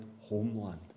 homeland